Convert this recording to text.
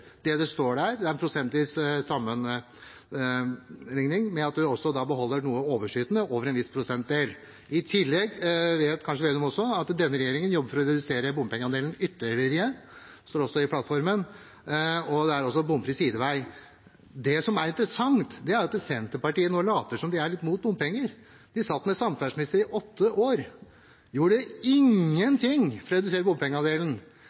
Det som står der, er en prosentvis sammenligning med at man også da beholder noe overskytende over en viss prosentdel. I tillegg vet kanskje Slagsvold Vedum også at denne regjeringen jobber for å redusere bompengeandelen ytterligere. Det står også i plattformen, og det gjelder også bomfri sidevei. Det som er interessant, er at Senterpartiet nå later som om de er litt imot bompenger. De satt med samferdselsministeren i åtte år, men gjorde ingenting for å redusere bompengeandelen.